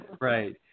Right